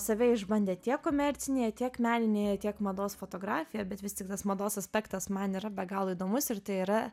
save išbandė tiek komercinėje tiek meninėje tiek mados fotografijoj bet vis tik tas mados aspektas man yra be galo įdomus ir tai yra